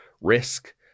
risk